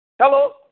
Hello